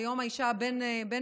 ביום האישה הבין-לאומי,